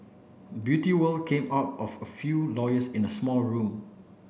beauty world came out of a few lawyers in a small room